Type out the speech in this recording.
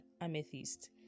amethyst